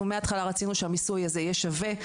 אנחנו מהתחלה רצינו שהמיסוי יהיה שווה.